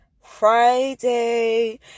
Friday